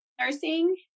nursing